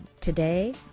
Today